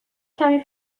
کمی